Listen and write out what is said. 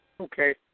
Okay